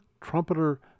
trumpeter